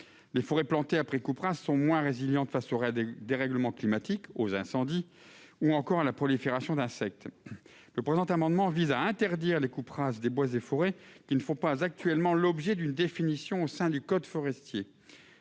Les forêts plantées après coupe rase sont moins résilientes face au dérèglement climatique, aux incendies ou encore à la prolifération d'insectes. Cet amendement vise à interdire les coupes rases des bois et forêts qui ne font pas actuellement l'objet d'une définition au sein du code forestier.